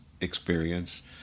experience